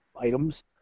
items